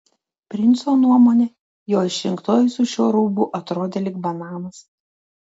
princo nuomone jo išrinktoji su šiuo rūbu atrodė lyg bananas